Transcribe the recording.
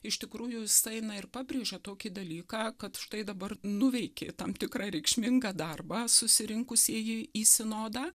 iš tikrųjų jis eina ir pabrėžia tokį dalyką kad štai dabar nuveikė tam tikrą reikšmingą darbą susirinkusieji į sinodą